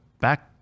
back